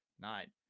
nine